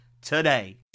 today